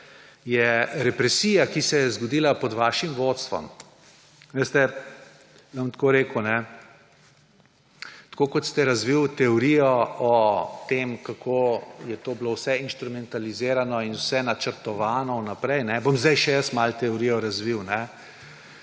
je represija, ki se je zgodila pod vašim vodstvom, veste, zdaj bom tako rekel, tako kot ste razvili teorijo o tem, kako je to bilo vse inštrumentalizirano in vse načrtovano vnaprej, bom zdaj še jaz malo teorijo razvil.